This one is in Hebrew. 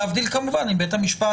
זאת להבדיל כמובן ממצב שבו בית המשפט